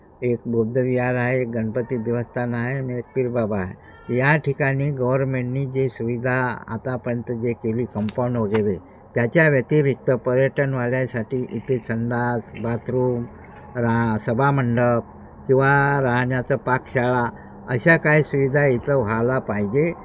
एक बौद्धविहार आहे एक गणपती देवस्थान आहे आणि एक पीर बाबा आहे या ठिकाणी गवर्मेंटने जी सुविधा आतापर्यंत जे केली कंपाऊंड वगैरे त्याच्या व्यतिरिक्त पर्यटनवाल्यासाठी इथे संंडास बाथरूम रा सभामंडप किंवा राहण्याचा पाकशाळा अशा काय सुविधा इथं व्हायला पाहिजे